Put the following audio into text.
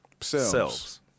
selves